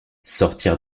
sortir